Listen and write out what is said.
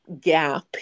gap